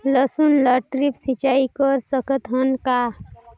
लसुन ल ड्रिप सिंचाई कर सकत हन का?